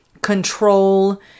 control